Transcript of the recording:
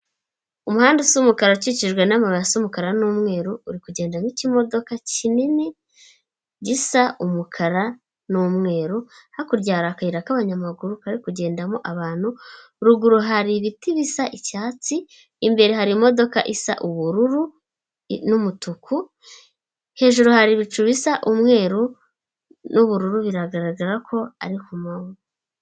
Umuhanda w'umukara, ukikijwe n'amabuye y'umukara n'umweru, uri kugendamo ikimodoka kinini cy'umukara n'umweru. Hakurya hari akayira k'abanyamaguru, kari kugendamo abantu. Ruguru, hari ibiti by'icyatsi, imbere hari imodoka y'ubururu n'umutuku. Hejuru, hari ibicu by'umweru n'ubururu, biragaragara ko ari kumanywa.